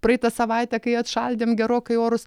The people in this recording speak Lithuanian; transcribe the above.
praeitą savaitę kai atšaldėm gerokai orus